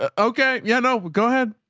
ah okay. yeah. no, go ahead.